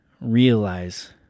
realize